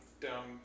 down